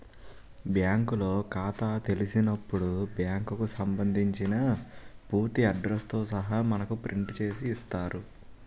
బ్యాంకులో ఖాతా తెలిసినప్పుడు బ్యాంకుకు సంబంధించిన పూర్తి అడ్రస్ తో సహా మనకు ప్రింట్ చేసి ఇస్తారు